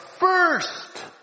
first